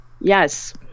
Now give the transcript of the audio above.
yes